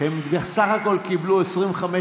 הם לא קיבלו את הזמן העודף הזה.